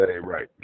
right